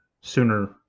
sooner